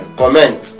comment